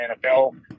NFL